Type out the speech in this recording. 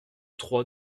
trois